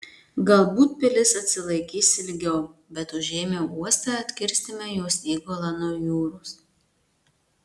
galbūt pilis atsilaikys ilgiau bet užėmę uostą atkirsime jos įgulą nuo jūros